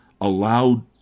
allowed